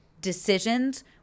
decisions